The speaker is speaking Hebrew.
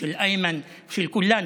של איימן ושל כולנו,